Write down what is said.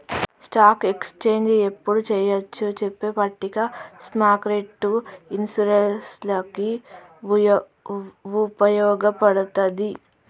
stock exchange యెప్పుడు చెయ్యొచ్చో చెప్పే పట్టిక స్మార్కెట్టు ఇన్వెస్టర్లకి వుపయోగపడతది